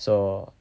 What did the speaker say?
so